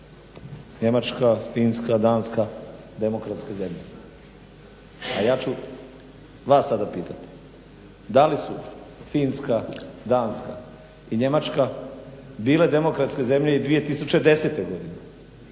Njemačka, Finska, Danska demokratske zemlje, a ja ću vas sada pitati da li su Finska, Danska i Njemačka bile demokratske zemlje i 2010. godine